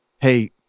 hey